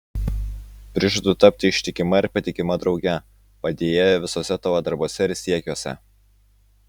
prižadu tapti ištikima ir patikima drauge padėjėja visuose tavo darbuose ir siekiuose